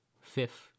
fifth